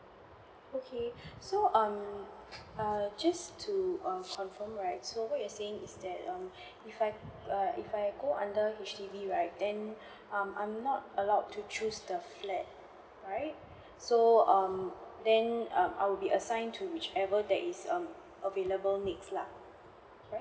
okay so um uh just to err confirm right so what you're saying is that um if I err If I go under H_D_B right then um I am not allowed to choose the flat right so um then um I will be assigned to whichever that It's um available needs lah